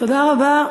תודה רבה.